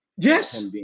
Yes